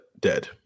Dead